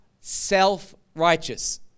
self-righteous